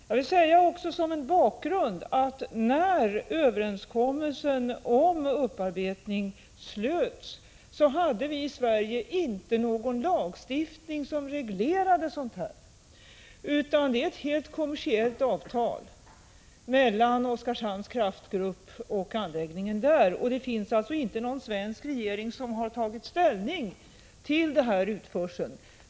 Jag vill också som en bakgrund säga att när överenskommelsen om upparbetning slöts, hade vi i Sverige inte någon lagstiftning som reglerade sådana uppgörelser, utan detta är ett helt kommersiellt avtal mellan Oskarshamns kraftgrupp och anläggningen i England. Det finns alltså inte någon svensk regering som har tagit ställning till den här utförseln.